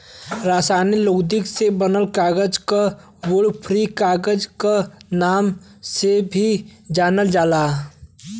रासायनिक लुगदी से बनल कागज के वुड फ्री कागज क नाम से भी जानल जाला